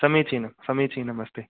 समीचीनं समीचीनमस्ति